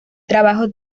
trabajo